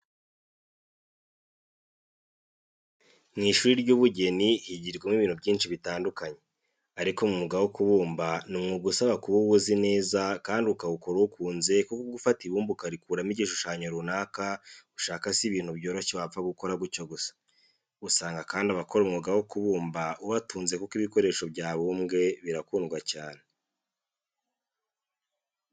Mu ishuri ry'ubugeni higirwamo ibintu byinshi bitandukanye. Ariko mu mwuga wo kubumba ni umwuga usaba kuba uwuzi neza kandi ukawukora uwukunze kuko gufata ibumba ukarikuramo igishushanyo runaka ushaka si ibintu byoroshye wapfa gukora gutyo gusa. Usanga kandi abakora umwuga wo kubumba ubatunze kuko ibikoresho byabumbwe birakundwa cyane.